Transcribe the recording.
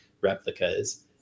replicas